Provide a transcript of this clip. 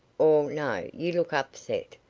or, no you look upset.